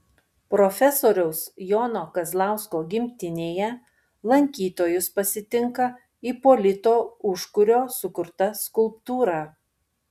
profesoriaus jono kazlausko gimtinėje lankytojus pasitinka ipolito užkurio sukurta skulptūra